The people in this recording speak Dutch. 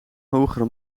hogere